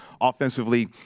offensively